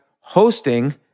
hosting